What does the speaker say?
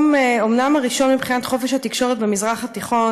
אומנם אנחנו מדורגים במקום הראשון מבחינת חופש התקשורת במזרח התיכון,